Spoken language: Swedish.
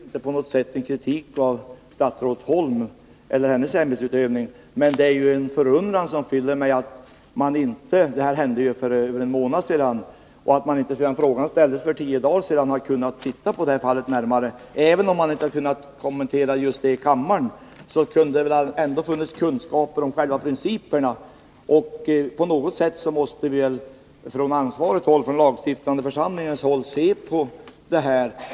Herr talman! Det här är inte på något sätt en kritik av statsrådet Holm eller hennes ämbetsutövning. Men det är en förundran som fyller mig över att man inte sedan frågan ställdes för tio dagar sedan — avstängningen skedde för över en månad sedan — har kunnat titta på det här fallet närmare. Även om man inte har kunnat kommentera det just i kammaren, borde det väl ändå ha funnits kunskaper om själva principerna. På något sätt måste vi väl från ansvarigt håll, från den lagstiftande församlingens håll, se på detta.